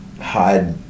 hide